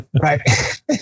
right